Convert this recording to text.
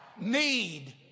need